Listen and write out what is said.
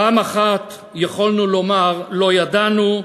פעם אחת יכולנו לומר: לא ידענו,